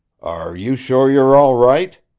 are you sure you're all right?